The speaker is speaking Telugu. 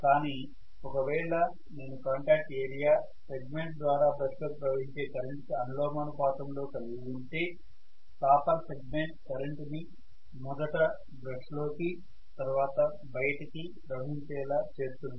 కానీ ఒకవేళ నేను కాంటాక్ట్ ఏరియా సెగ్మెంట్ ద్వారా బ్రష్ లో కి ప్రవహించే కరెంటు కి అనులోమానుపాతంలో కలిగి ఉంటే కాపర్ సెగ్మెంట్ కరెంటుని మొదట బ్రష్ లోకి తర్వాత బయటకి ప్రవహించేలా చేస్తుంది